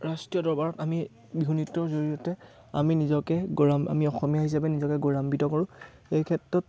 ৰাষ্ট্ৰীয় দৰবাৰত আমি বিহু নৃত্যৰ জৰিয়তে আমি নিজকে গৌৰাম আমি অসমীয়া হিচাপে নিজকে গৌৰৱান্বিত কৰোঁ এই ক্ষেত্ৰত